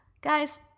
Guys